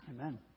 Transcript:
Amen